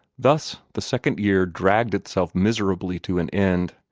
thus the second year dragged itself miserably to an end.